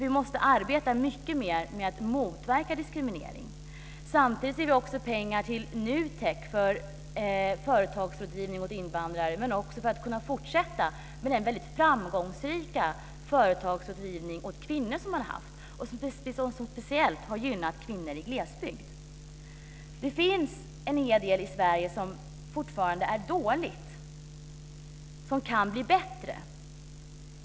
Vi måste arbeta mycket mer med att motarbeta diskriminering. Samtidigt ger vi också pengar till NUTEK för företagsrådgivning åt invandrare men också för att kunna fortsätta med den framgångsrika företagsrådgivning åt kvinnor som man har haft och som speciellt har gynnat kvinnor i glesbygd. Det finns en hel del i Sverige som fortfarande är dåligt och som kan bli bättre.